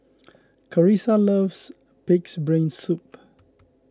Karissa loves Pig's Brain Soup